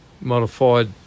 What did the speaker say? modified